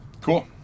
Cool